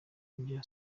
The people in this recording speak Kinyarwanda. ibya